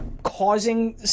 causing